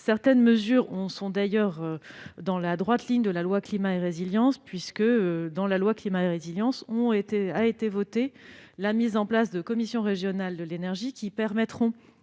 Certaines sont d'ailleurs dans la droite ligne de la loi Climat et résilience, lors de l'examen de laquelle a été votée la mise en place de commissions régionales de l'énergie qui permettront